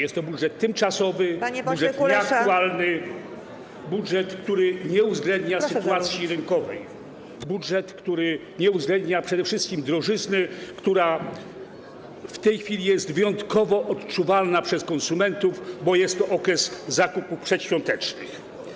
Jest to budżet tymczasowy, budżet nieaktualny, który nie uwzględnia sytuacji rynkowej, który nie uwzględnia przede wszystkim drożyzny, która w tej chwili jest wyjątkowo odczuwalna przez konsumentów, bo jest to okres zakupów przedświątecznych.